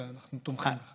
ואנחנו תומכים בך.